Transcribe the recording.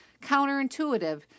counterintuitive